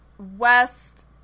West